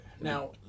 Now